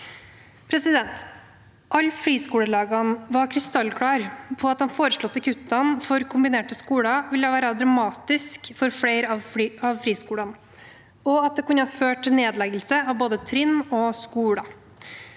Venstre på. Alle friskolelagene var krystallklare på at de foreslåtte kuttene for kombinerte skoler ville være dramatiske for flere av friskolene, og at det kunne føre til nedleggelse av både trinn og skoler.